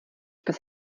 pes